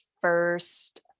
first